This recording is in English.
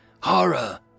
Horror